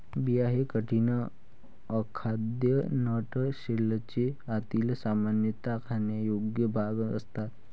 बिया हे कठीण, अखाद्य नट शेलचे आतील, सामान्यतः खाण्यायोग्य भाग असतात